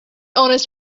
honest